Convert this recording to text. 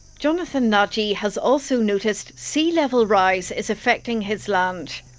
jonathan nadji has also noticed sea level rise is affecting his land.